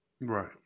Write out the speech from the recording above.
Right